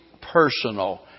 personal